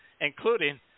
including